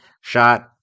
shot